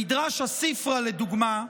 במדרש הספרא, לדוגמה,